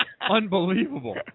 unbelievable